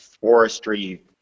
forestry